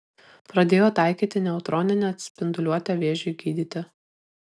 pradėjo taikyti neutroninę spinduliuotę vėžiui gydyti